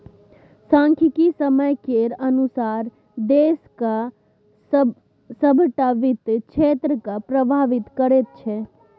सांख्यिकी समय केर अनुसार देशक सभटा वित्त क्षेत्रकेँ प्रभावित करैत छै